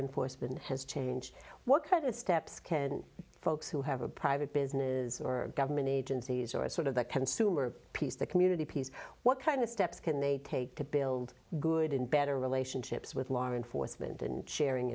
enforcement has changed what kind of steps can folks who have a private business or government agencies or sort of the consumer piece the community piece what kind of steps can they take to build good and better relationships with law enforcement and sharing